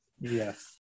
Yes